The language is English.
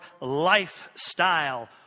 lifestyle